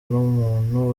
n’umuntu